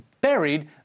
buried